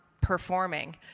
performing